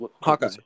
Hawkeye